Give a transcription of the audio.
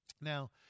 Now